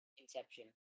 Inception